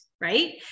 right